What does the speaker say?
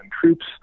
troops